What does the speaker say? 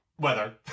Weather